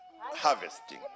harvesting